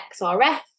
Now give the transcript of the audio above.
XRF